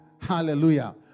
Hallelujah